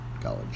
college